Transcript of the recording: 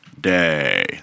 day